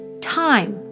time